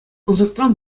ӑнсӑртран